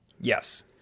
Yes